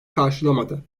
karşılamadı